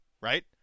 Right